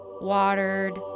watered